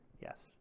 Yes